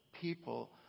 people